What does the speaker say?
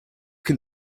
can